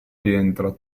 rientra